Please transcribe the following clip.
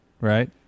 right